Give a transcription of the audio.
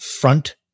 front